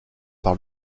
par